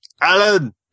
Alan